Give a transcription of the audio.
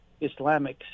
Islamic